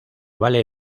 vale